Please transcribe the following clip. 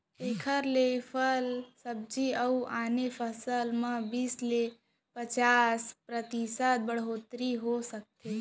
एखर ले फर, सब्जी अउ आने फसल म बीस ले पचास परतिसत बड़होत्तरी हो सकथे